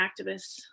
activists